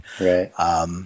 Right